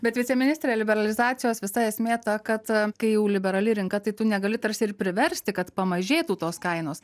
bet viceministre liberalizacijos visa esmė ta kad kai jau liberali rinka tai tu negali tarsi ir priversti kad pamažėtų tos kainos